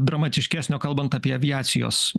dramatiškesnio kalbant apie aviacijos